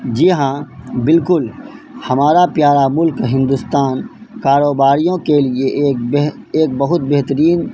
جی ہاں بالکل ہمارا پیارا ملک ہندوستان کاروباریوں کے لیے ایک ایک بہت بہترین